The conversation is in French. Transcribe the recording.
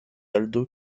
aldo